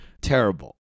terrible